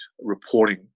reporting